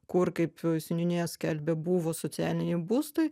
kur kaip seniūnija skelbia buvo socialiniai būstai